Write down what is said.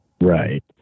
Right